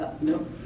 no